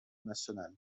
national